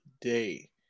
day